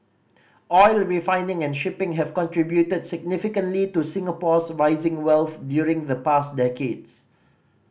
oil refining and shipping have contributed significantly to Singapore's rising wealth during the past decades